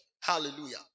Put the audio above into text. Hallelujah